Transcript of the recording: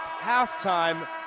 halftime